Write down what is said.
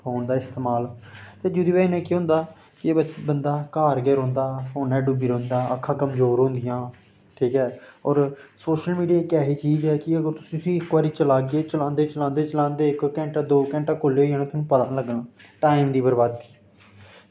phone दा इस्तेमाल जेह्दी बजह कन्नै केह् होंदा कि बंदा घर गै रौंह्दा फोनै ई डुब्बी रौंह्दा अक्खां कमजोर होंदियां ठीक ऐ होर सोशल मीडिया इक्क ऐसी चीज़ ऐ कि अगर तुस फ्ही इक्क बारी चलागे चलांदे चलांदे चलांदे इक्क घैंटा दौ घैंटा कोल्लै होई जाना थाह्नूं पता निं लग्गना टाईम दी बरबादी